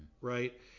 right